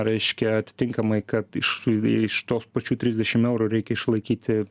reiškia atitinkamai kad iš iš tos pačių trisdešim eurų reikia išlaikyti